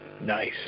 Nice